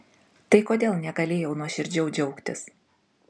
tai kodėl negalėjau nuoširdžiau džiaugtis